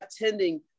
attending